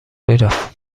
میرفت